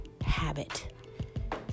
habit